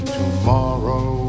tomorrow